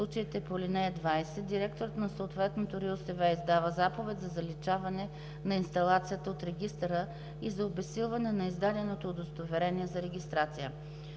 В случаите по ал. 20 директорът на съответната РИОСВ издава заповед за заличаване на инсталацията от регистъра и за обезсилване на издаденото удостоверение за регистрация.